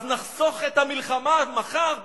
אז נחסוך את המלחמה מחר ב-200,000.